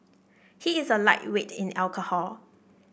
he is a lightweight in alcohol